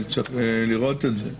צריך לראות את זה.